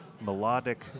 melodic